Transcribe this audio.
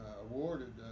awarded